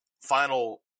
final